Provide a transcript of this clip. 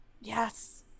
Yes